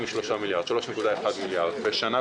3.1 מיליארד בשנה.